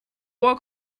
war